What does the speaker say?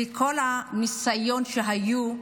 כי כל הניסיונות שהיו,